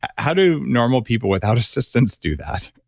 how do normal people without assistance do that?